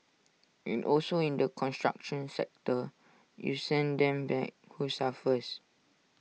and also in the construction sector you send them back who suffers